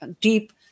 deep